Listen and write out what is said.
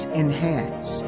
enhance